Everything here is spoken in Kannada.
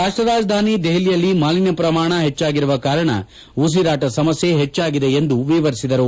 ರಾಷ್ಟ್ರ ರಾಜಧಾನಿ ದೆಪಲಿಯಲ್ಲಿ ಮಾಲಿನ್ಯ ಪ್ರಮಾಣ ಪೆಚ್ಚಾಗಿರುವ ಕಾರಣ ಉಸಿರಾಟ ಸಮಸ್ಯ ಹೆಚ್ಚಾಗಿದೆ ಎಂದು ವಿವರಿಸಿದರು